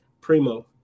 primo